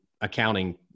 accounting